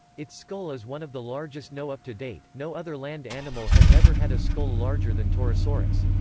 its skull is one of the largest know up to date, no other land animal has ever had a skull larger than torosaurus.